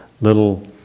little